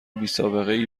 بیسابقهای